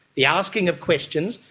the asking of questions,